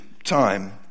Time